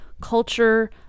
culture